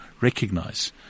recognize